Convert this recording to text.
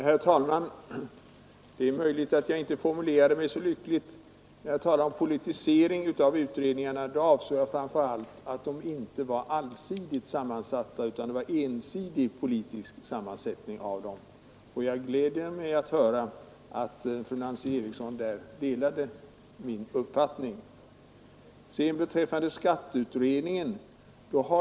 Herr talman! Det är möjligt att jag inte formulerade mig så lyckligt. När jag talade om politisering av utredningarna avsåg jag framför allt att de inte var allsidigt sammansatta utan att det var en ensidig politisk sammansättning av dem. Jag gläder mig över att höra att fru Nancy Eriksson delade min uppfattning.